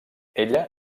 ella